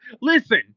Listen